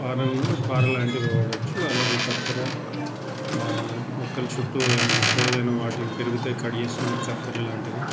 పారను పారలాంటిది వాడచ్చు అలాగే కత్తెర మొక్కల చుట్టూ ఏమన్న పొడవైన వాటిని పెరిగితే కట్ చేసుకునీకి కత్తెరలాంటిది